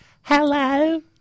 Hello